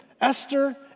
Esther